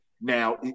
Now